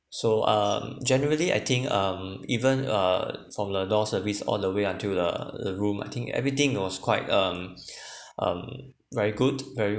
so um generally I think um even uh from the door service all the way until the the room I think everything was quite um um very good very